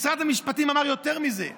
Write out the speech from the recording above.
משרד המשפטים אמר יותר מזה: